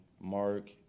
Mark